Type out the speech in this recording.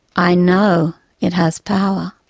i know it has power.